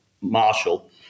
Marshall